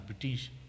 British